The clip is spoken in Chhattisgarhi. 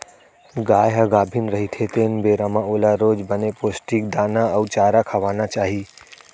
गाय ह गाभिन रहिथे तेन बेरा म ओला रोज बने पोस्टिक दाना अउ चारा खवाना चाही